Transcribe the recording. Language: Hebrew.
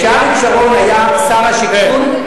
500,000. כשאריק שרון היה שר השיכון,